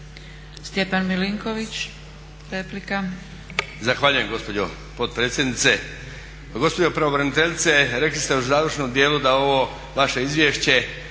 Stjepan Milinković replika.